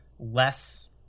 less